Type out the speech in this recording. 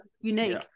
unique